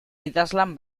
idazlan